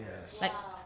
Yes